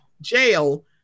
jail